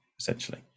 essentially